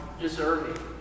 deserving